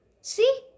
See